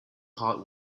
heart